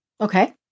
Okay